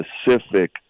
specific